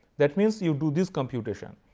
that means you do this computation,